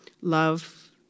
Love